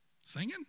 singing